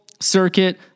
circuit